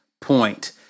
point